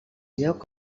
lloc